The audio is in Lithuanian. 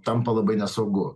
tampa labai nesaugu